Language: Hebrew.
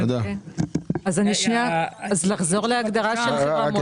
אז לחזור להגדרה של חברה מועדפת?